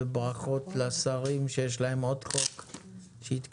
וברכות לשרים שיש להם עוד חוק שהתקדם.